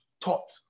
taught